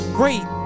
great